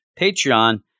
Patreon